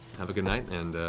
have a good night, and